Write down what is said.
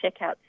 checkout